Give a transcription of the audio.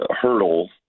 hurdle